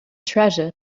treasure